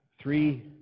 three